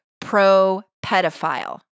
pro-pedophile